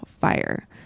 fire